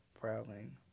Prowling